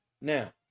Now